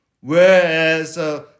whereas